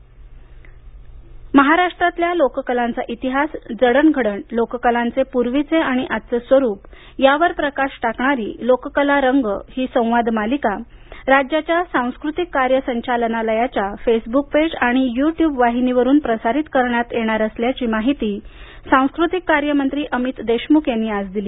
महाराष्ट्र लोककला महाराष्ट्रातल्या लोककलांचा इतिहास जडणघडण लोककलांचे पूर्वीचे आणि आजचे स्वरूप यावर प्रकाश टाकणारी लोककला रंग ही संवाद मालिका राज्याच्या सांस्कृतिक कार्य संचालनालयाच्या फेसबुक पेज आणि यू ट्यूब वाहिनीवरून प्रसारित करण्यात येणार असल्याची माहिती सांस्कृतिक कार्य मंत्री अमित देशमुख यांनी आज दिली